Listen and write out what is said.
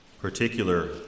particular